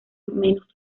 menos